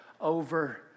over